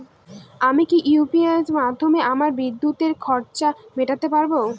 আমি কি ইউ.পি.আই মাধ্যমে আমার বিদ্যুতের খরচা মেটাতে পারব?